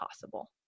possible